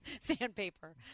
Sandpaper